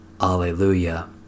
Alleluia